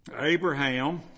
Abraham